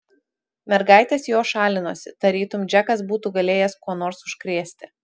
mergaitės jo šalinosi tarytum džekas būtų galėjęs kuo nors užkrėsti